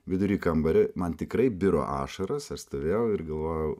vidury kambario man tikrai biro ašaros aš stovėjau ir galvojau